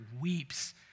weeps